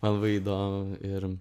man labai įdomu ir